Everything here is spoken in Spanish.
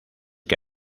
que